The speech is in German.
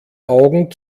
augen